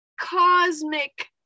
cosmic